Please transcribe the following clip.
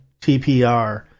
TPR